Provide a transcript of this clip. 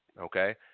Okay